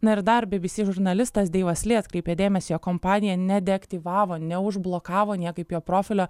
na ir dar bbc žurnalistas deivas ly atkreipė dėmesį kompanija nedeaktyvavo neužblokavo niekaip jo profilio